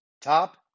top